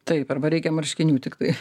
taip arba reikia marškinių tiktai